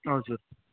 हजुर